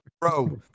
Bro